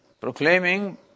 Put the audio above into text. proclaiming